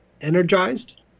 energized